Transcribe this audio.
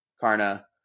Karna